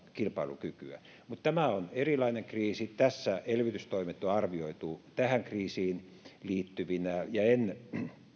kilpailukykyä tämä on erilainen kriisi tässä elvytystoimet on arvioitu tähän kriisiin liittyvinä ja en